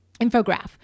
infograph